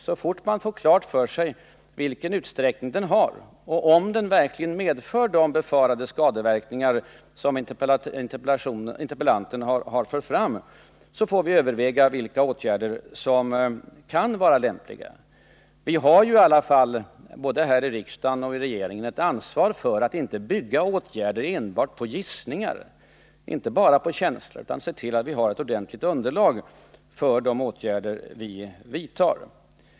Så snart vi får klart för oss vilken omfattning kreditgivningen fått och om den verkligen medför de skadeverkningar som interpellanten befarar, får vi överväga vilka åtgärder som kan vara lämpliga. Vi har både här i riksdagen och i regeringen ett ansvar som innebär att åtgärder inte får byggas enbart på gissningar och känslomässiga ställningstaganden. Vi måste se till att det finns ett ordentligt underlag för de åtgärder vi vidtar.